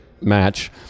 match